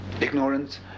ignorance